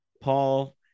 Paul